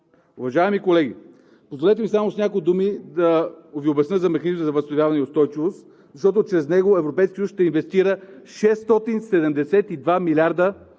Уважаеми колеги, позволете ми само с няколко думи да ви обясня за Механизма за възстановяване и устойчивост, защото чрез него Европейският съюз ще инвестира 672 млрд.